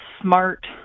smart